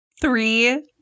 three